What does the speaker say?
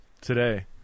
today